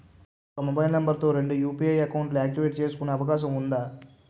ఒక mobile number తో రెండు యు.పి.ఐ అకౌంట్స్ యాక్టివేట్ చేసుకునే అవకాశం వుందా?